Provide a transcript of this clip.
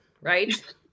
right